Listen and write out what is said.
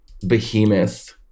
behemoth